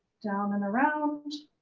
down and around